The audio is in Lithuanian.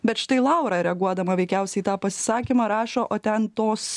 bet štai laura reaguodama veikiausiai į tą pasisakymą rašo o ten tos